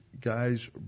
guys